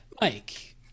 Mike